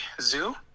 Zoo